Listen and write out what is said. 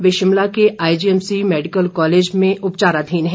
वे शिमला के IGMC medical college में भर्ती उपचाराधीन है